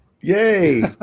Yay